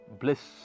bliss